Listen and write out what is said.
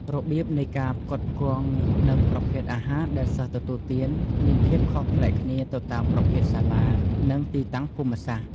របៀបនៃការផ្គត់ផ្គង់ និងប្រភេទអាហារដែលសិស្សទទួលទាន មានភាពខុសប្លែកគ្នាទៅតាមប្រភេទសាលា និងទីតាំងភូមិសាស្ត្រ។